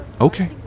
Okay